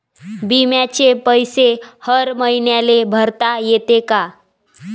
बिम्याचे पैसे हर मईन्याले भरता येते का?